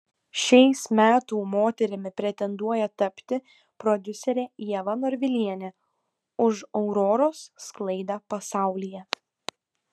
šiais metų moterimi pretenduoja tapti prodiuserė ieva norvilienė už auroros sklaidą pasaulyje